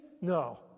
no